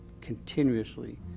continuously